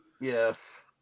Yes